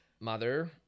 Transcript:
mother